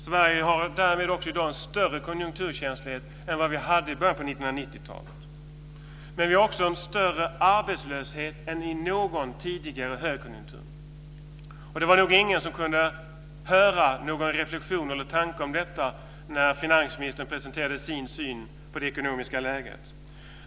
Sverige har därmed också i dag en större konjunkturkänslighet än vi hade i början av 1990-talet. Men vi har också en större arbetslöshet än i någon tidigare högkonjunktur. Och det var nog ingen som kunde höra någon reflexion eller tanke om detta när finansministern presenterade sin syn på det ekonomiska läget.